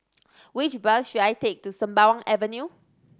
which bus should I take to Sembawang Avenue